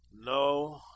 No